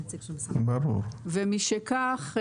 ומשכך,